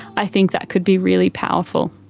i think that could be really powerful.